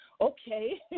okay